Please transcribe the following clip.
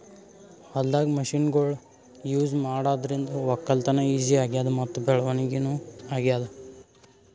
ಹೊಲ್ದಾಗ್ ಮಷಿನ್ಗೊಳ್ ಯೂಸ್ ಮಾಡಾದ್ರಿಂದ ವಕ್ಕಲತನ್ ಈಜಿ ಆಗ್ಯಾದ್ ಮತ್ತ್ ಬೆಳವಣಿಗ್ ನೂ ಆಗ್ಯಾದ್